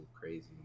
crazy